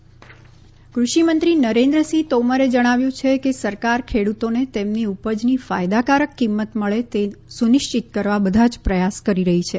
નરેન્દ્રસીંહ તોમર કૃષિમંત્રી નરેન્દ્રસિંહ તોમરે જણાવ્યું છે કે સરકાર ખેડુતોને તેમની ઉ જની ફાયદાકારક કિંમત મળે તે સુનિશ્ચિત કરવા બધા જ પ્રયાસ કરી રહી છે